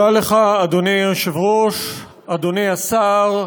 תודה לך, אדוני היושב-ראש, אדוני השר,